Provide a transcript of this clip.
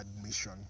admission